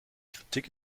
kritik